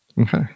Okay